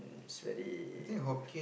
it's very good